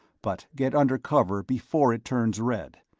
but get under cover before it turns red,